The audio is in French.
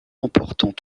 emportant